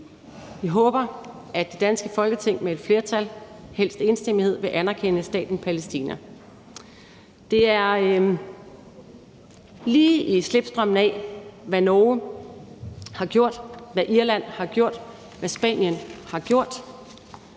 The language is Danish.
håber vi, at det danske Folketing med et flertal, helst enstemmighed, vil anerkende staten Palæstina. Kl. 13:54 Det er lige i slipstrømmen af, hvad Norge har gjort, hvad Irland har gjort, og hvad Spanien har gjort.